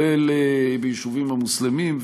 ביישובים המוסלמיים,